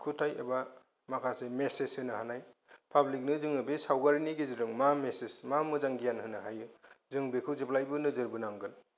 माखासे ओ आखुथाइ एबा मेसेज होनो हानाय पाब्लिकनो जोङो बे सावगारिनि गेजेरजों मा मेसेज मा मोजां गियान होनो हायो जों बेखौ जेब्लायबो नोजोर बोनांगोन